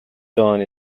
done